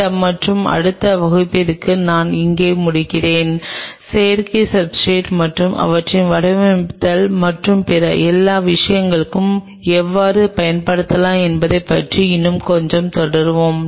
இந்த மற்றும் அடுத்த வகுப்பினருடன் நான் இங்கு முடிக்கிறேன் செயற்கை சப்ஸ்ர்டேட் மற்றும் அவற்றை வடிவமைத்தல் மற்றும் பிற எல்லா விஷயங்களுக்கும் எவ்வாறு பயன்படுத்தலாம் என்பதைப் பற்றி இன்னும் கொஞ்சம் தொடருவோம்